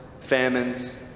famines